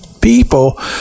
people –